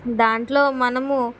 దాంట్లో మనము